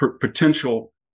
potential